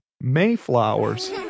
Mayflowers